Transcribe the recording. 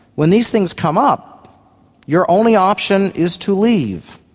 when these things come up your only option is to leave,